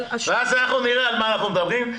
ואז נראה על מה אנחנו מדברים.